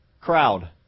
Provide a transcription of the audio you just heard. crowd